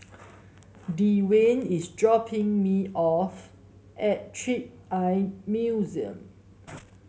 Dewayne is dropping me off at Trick Eye Museum